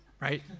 Right